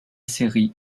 série